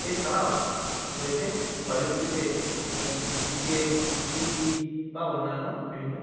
এছাড়াও রয়েছে প্রযুক্তিতে বি টেক বি ই বা অন্যান্য বিভিন্ন